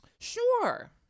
sure